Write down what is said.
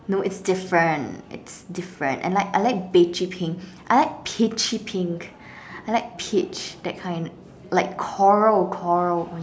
no it's different it's different I like I like beige pink I like peachy pink I like peach that kind like coral coral